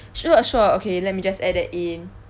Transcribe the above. sure sure okay let me just add that in